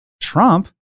Trump